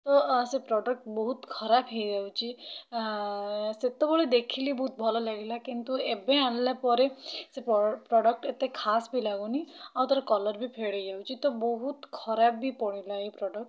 ତ ସେ ପ୍ରଡ଼କ୍ଟ ବହୁତ ଖରାପ ହେଇଯାଉଛି ସେତେବେଳେ ଦେଖିଲି ବହୁତ ଭଲ ଲାଗିଲା କିନ୍ତୁ ଏବେ ଆଣିଲା ପରେ ସେ ପ୍ରଡ଼କ୍ଟ ଏତେ ଖାସ ବି ଲାଗୁନି ଆଉ ତା'ର କଲର୍ ବି ଫେଡ଼୍ ହେଇଯାଉଛି ତ ବହୁତ ଖରାପ ବି ପଡ଼ିଲା ଏଇ ପ୍ରଡ଼କ୍ଟ